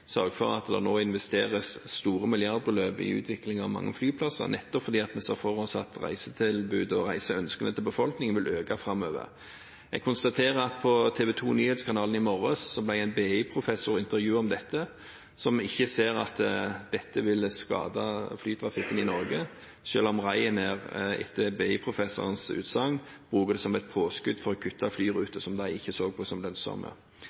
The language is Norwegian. for at det nå investeres store milliardbeløp i utviklingen av mange flyplasser, nettopp fordi vi ser for oss at reisetilbudet og reiseønskene til befolkningen vil øke framover. Jeg konstaterer at på TV 2 Nyhetskanalen i morges ble en BI-professor intervjuet om dette, som ikke ser at dette vil skade flytrafikken i Norge, selv om Ryanair – etter BI-professorens utsagn – bruker det som et påskudd for å kutte flyruter som de ikke ser på som lønnsomme.